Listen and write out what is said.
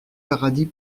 paradis